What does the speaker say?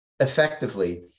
effectively